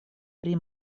pri